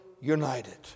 united